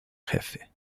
jefe